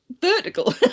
vertical